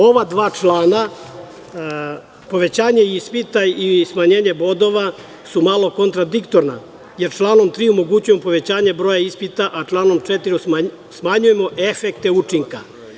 Ova dva člana, povećanje ispita i smanjenje bodova, su malo kontradiktorna, jer članom 3. omogućujemo povećanje broja ispita, a članom 4. smanjujemo efekte učinka.